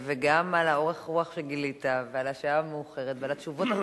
גם על אורך הרוח שגילית ועל השעה המאוחרת ועל התשובות המפורטות.